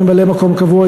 ממלא-מקום קבוע,